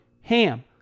HAM